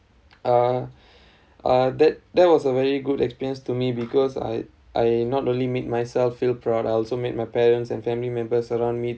uh uh that that was a very good experience to me because I I not only meet myself feel proud I also made my parents and family members around me